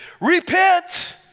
repent